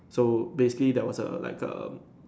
so basically that was a like a